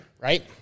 right